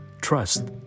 trust